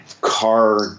car